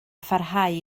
pharhau